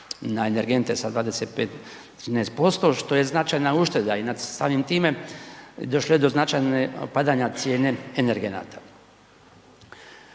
na energente sa 25 na 13% što je značajna ušteda i nad samim time, došlo je do značajne padanja cijene energenata.